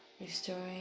Restoring